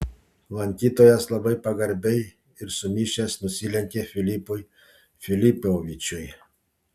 lankytojas labai pagarbiai ir sumišęs nusilenkė filipui filipovičiui